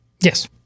Yes